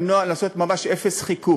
לעשות ממש אפס חיכוך.